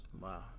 Wow